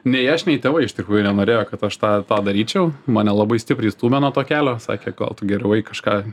nei aš nei tėvai iš tikrųjų nenorėjo kad aš tą tą daryčiau mane labai stipriai stūmė nuo to kelio sakė gal tu geriau eik kažką